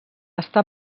està